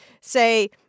say